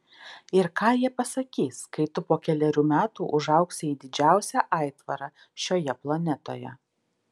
ir ką jie pasakys kai tu po kelerių metų užaugsi į didžiausią aitvarą šioje planetoje